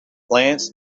plants